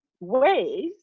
ways